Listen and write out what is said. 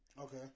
Okay